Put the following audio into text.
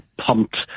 pumped